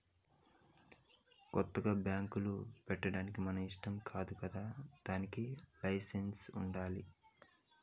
కొత్తగా బ్యాంకులు పెట్టేకి మన ఇష్టం కాదు కదా దానికి లైసెన్స్ ఉండాలి